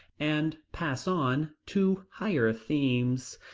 and pass on, to higher themes.